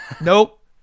Nope